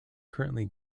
currently